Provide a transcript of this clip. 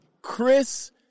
Chris